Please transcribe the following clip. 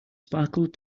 sparkled